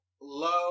low